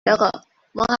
اقا، ما